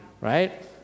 right